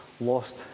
lost